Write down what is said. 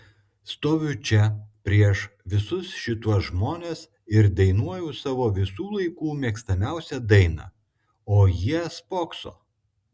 stoviu čia prieš visus šituos žmones ir dainuoju savo visų laikų mėgstamiausią dainą o jie spokso